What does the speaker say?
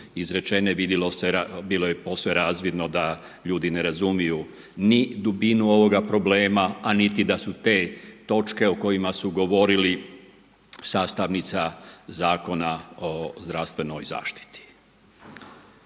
izrečene vidjelo se bilo je posve razvidno da ljudi ne razumiju ni dubinu ovoga problema, a niti da su te točke o kojima su govorili sastavnica Zakona o zdravstvenoj zaštiti.